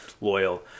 loyal